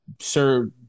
sir